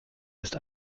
ist